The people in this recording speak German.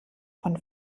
von